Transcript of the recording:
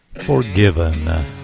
Forgiven